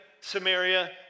Samaria